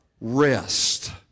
rest